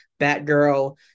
Batgirl